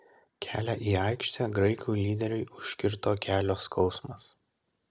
kelią į aikštę graikų lyderiui užkirto kelio skausmas